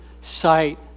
sight